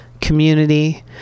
community